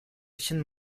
için